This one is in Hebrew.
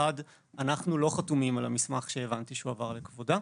1. אנחנו לא חתומים על המסמך שלהבנתי הועבר לכבודה.